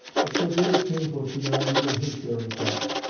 but so great a change was beyond even his daring thoughts.